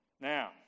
Now